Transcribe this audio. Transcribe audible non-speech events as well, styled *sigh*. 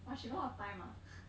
!wah! she got a lot of time ah *laughs*